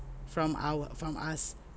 from our from us